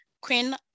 Queen